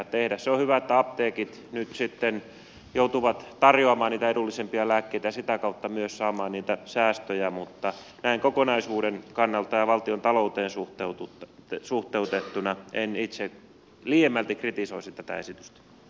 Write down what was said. se on hyvä että apteekit nyt sitten joutuvat tarjoamaan niitä edullisempia lääkkeitä ja sitä kautta myös saamaan niitä säästöjä mutta näin kokonaisuuden kannalta ja valtiontalouteen suhteutettuna en itse liiemmälti kritisoisi tätä esitystä